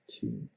two